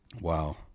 Wow